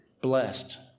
Blessed